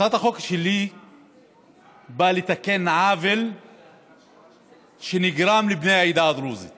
הצעת החוק שלי באה לתקן עוול שנגרם לבני העדה הדרוזית